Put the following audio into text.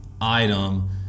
item